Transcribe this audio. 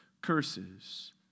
curses